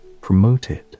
promoted